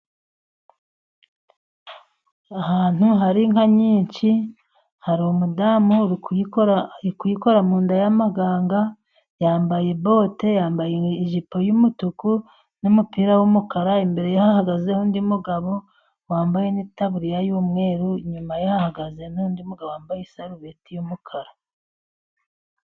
Ahantu hari inka nyinshi, hari umudamu uri kuyikora mu nda y'amaganga yambaye bote, yambaye ijipo y'umutuku n'umupira w'umukara, imbere ye hahagazeho undi mugabo wambaye n'itaburiya y'umweru, inyuma ye hahagaze n'undi mugabo wambaye isarubeti y'umukara.